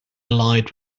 allied